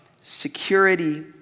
security